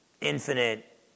infinite